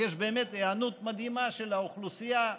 יש באמת היענות מדהימה של האוכלוסייה בגילים,